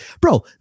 bro